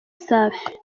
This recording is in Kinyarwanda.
safi